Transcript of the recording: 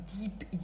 deep